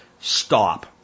stop